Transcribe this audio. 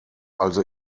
also